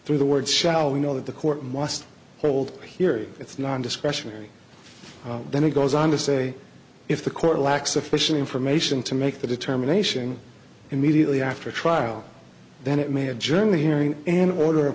through the word shall we know that the court must hold a hearing it's nondiscretionary then it goes on to say if the court lacks sufficient information to make the determination immediately after a trial then it may have journey hearing an order a